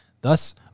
thus